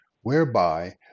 whereby